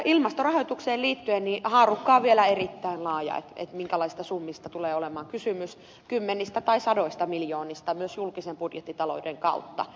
ilmastorahoitukseen liittyen haarukka on vielä erittäin laaja minkälaisista summista tulee olemaan kysymys kymmenistä tai sadoista miljoonista myös julkisen budjettitalouden kautta